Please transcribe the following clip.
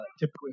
typically